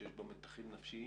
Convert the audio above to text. שיש בה מתחים נפשיים,